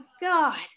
god